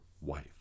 wife